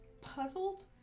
puzzled